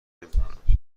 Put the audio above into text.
نمیکنم